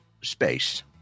space